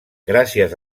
gràcies